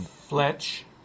Fletch